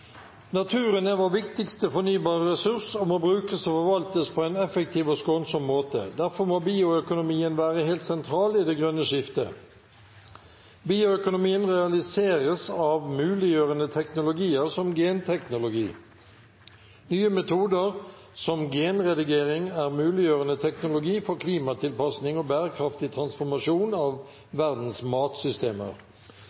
skånsom måte. Derfor må bioøkonomien være helt sentral i et grønt skifte. Bioøkonomien realiseres av muliggjørende teknologier som genteknologi. Nye metoder som genredigering er blitt pekt på som muliggjørere av teknologi for klimatilpassing og bærekraftig transformasjon av